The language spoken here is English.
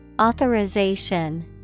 Authorization